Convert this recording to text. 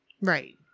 right